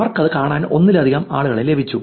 അവർക്കത് കാണാൻ ഒന്നിലധികം ആളുകളെ ലഭിച്ചു